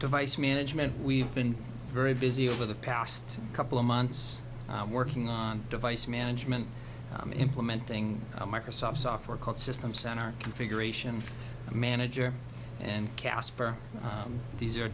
device management we've been very busy over the past couple of months working on device management implementing a microsoft software called system center configuration for a manager and casper these are